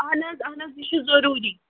اَہن حظ اَہن حظ یہِ چھُ ضروٗری